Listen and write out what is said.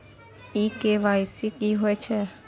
इ के.वाई.सी की होय छै?